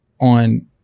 on